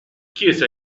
chiese